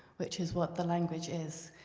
which is what the language is